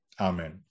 amen